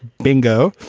bingo.